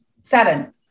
Seven